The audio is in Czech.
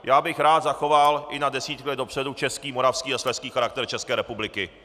Já bych rád zachoval i na desítky let dopředu český, moravský a slezský charakter České republiky.